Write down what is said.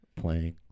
playing